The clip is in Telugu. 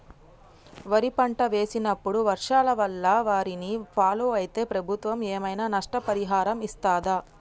వరి పంట వేసినప్పుడు వర్షాల వల్ల వారిని ఫాలో అయితే ప్రభుత్వం ఏమైనా నష్టపరిహారం ఇస్తదా?